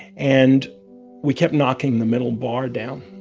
and we kept knocking the metal bar down.